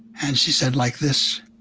and she said, like this,